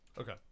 okay